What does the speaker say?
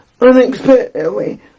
unexpectedly